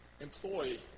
employee